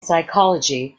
psychology